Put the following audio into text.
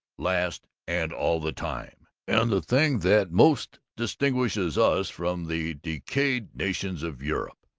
last, and all the time, and the thing that most distinguishes us from the decayed nations of europe.